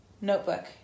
notebook